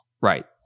Right